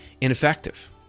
ineffective